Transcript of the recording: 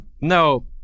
no